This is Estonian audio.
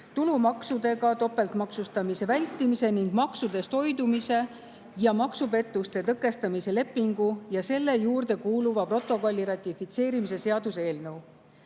tulumaksudega topeltmaksustamise vältimise ning maksudest hoidumise ja maksupettuste tõkestamise lepingu ja selle juurde kuuluva protokolli ratifitseerimise seaduse eelnõu.